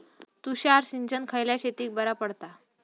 तुषार सिंचन खयल्या शेतीक बरा पडता?